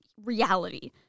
reality